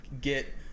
get